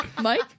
Mike